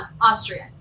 Austrian